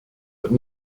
but